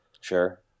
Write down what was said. Sure